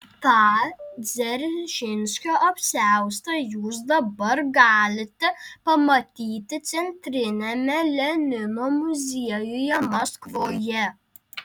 tą dzeržinskio apsiaustą jūs dabar galite pamatyti centriniame lenino muziejuje maskvoje